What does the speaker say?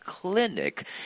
clinic